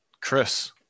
Chris